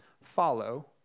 follow